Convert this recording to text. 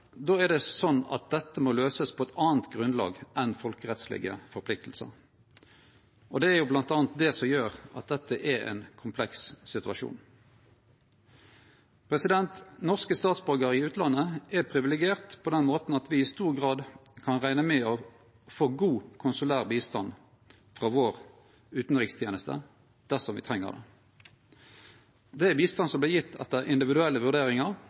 Då måtte dette løysast på eit anna grunnlag enn folkerettslege forpliktingar. Det er bl.a. dette som gjer at dette er ein kompleks situasjon. Norske statsborgarar i utlandet er privilegerte på den måten at me i stor grad kan rekne med å få god konsulær bistand frå vår utanriksteneste dersom me treng det. Det er bistand som vert gjeve etter individuelle vurderingar i kvar enkelt sak. Det er